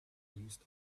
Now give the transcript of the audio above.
used